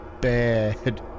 bad